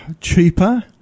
cheaper